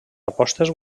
apostes